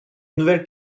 nouvelle